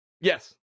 yes